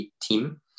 team